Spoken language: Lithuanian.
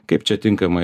kaip čia tinkamai